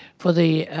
for the,